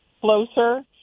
closer